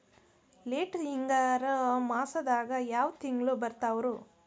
Late ಹಿಂಗಾರು ಮಾಸದಾಗ ಯಾವ್ ತಿಂಗ್ಳು ಬರ್ತಾವು?